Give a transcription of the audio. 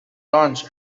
lunch